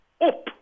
Up